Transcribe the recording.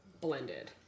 blended